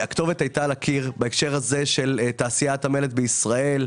הכתובת הייתה על הקיר בהקשר של תעשיית המלט בישראל.